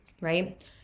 right